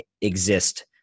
exist